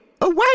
away